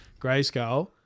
grayscale